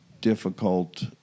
difficult